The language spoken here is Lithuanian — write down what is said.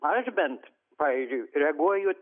aš bent pavyzdžiui reaguoju